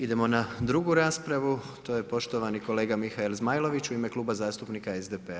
Idemo na drugu raspravu, to je poštovani kolega Mihael Zmajlović u ime Kluba zastupnika SDP-a.